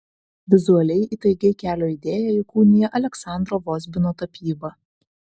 vizualiai įtaigiai kelio idėją įkūnija aleksandro vozbino tapyba